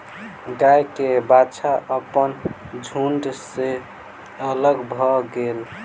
गाय के बाछा अपन झुण्ड सॅ अलग भअ गेल